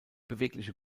bewegliche